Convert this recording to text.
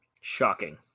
Shocking